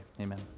amen